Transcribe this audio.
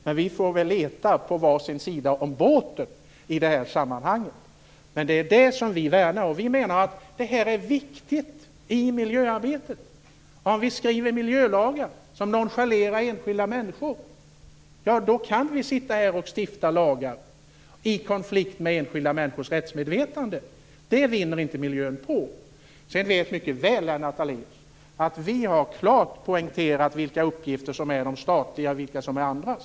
Men vi får väl leta på var sin sida om båten i det här sammanhanget. Vi menar att detta är viktigt i miljöarbetet. Om vi skriver miljölagar som nonchalerar enskilda människor, kan vi sitta här och stifta lagar i konflikt med enskilda människors rättsmedvetande. Det vinner inte miljön på. Sedan vet Lennart Daléus mycket väl att vi klart har poängterat vilka uppgifter som är statens och vilka som är andras.